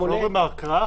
נעשה הקראה